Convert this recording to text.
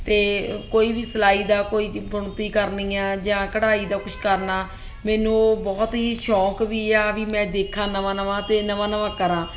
ਅਤੇ ਕੋਈ ਵੀ ਸਿਲਾਈ ਦਾ ਕੋਈ ਬੁਣਤੀ ਕਰਨੀ ਆ ਜਾਂ ਕਢਾਈ ਦਾ ਕੁਛ ਕਰਨਾ ਮੈਨੂੰ ਉਹ ਬਹੁਤ ਹੀ ਸ਼ੌਂਕ ਵੀ ਆ ਵੀ ਮੈਂ ਦੇਖਾਂ ਨਵਾਂ ਨਵਾਂ ਅਤੇ ਨਵਾਂ ਨਵਾਂ ਕਰਾਂ